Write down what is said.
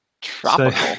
Tropical